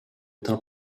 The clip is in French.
tint